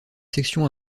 section